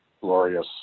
Glorious